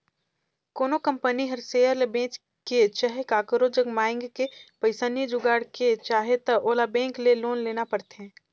कोनो कंपनी हर सेयर ल बेंच के चहे काकरो जग मांएग के पइसा नी जुगाड़ के चाहे त ओला बेंक ले लोन लेना परथें